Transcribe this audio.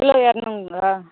kilo இரநூறுங்களா